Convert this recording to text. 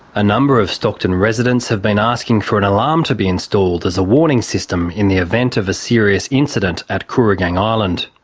a number of stockton residents have been asking for an alarm to be installed as a warning system in the event of a serious incident at kooragang island.